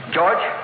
George